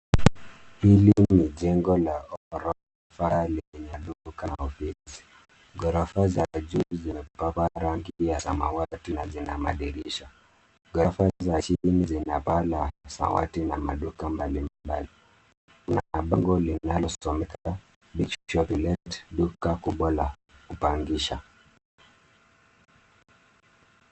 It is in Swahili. Hili ni jengo la ghorofa lenye duka na ofisi, ghorofa za juu zimepakwa rangi ya zamawati na zina madirisha, ghorofa za jini zina paa la zamawati na maduka mbali mbali, lina bango linalosomeka milk shop to lent duka kubwa la kupangisha.